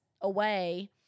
away